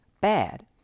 bad